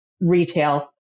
retail